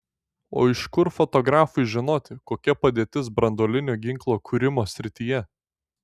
o iš kur fotografui žinoti kokia padėtis branduolinio ginklo kūrimo srityje